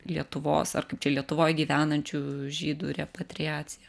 lietuvos ar kaip čia lietuvoj gyvenančių žydų repatriacija